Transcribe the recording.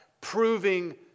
proving